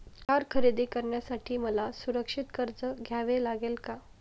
Car खरेदी करण्यासाठी मला सुरक्षित कर्ज घ्यावे लागेल का?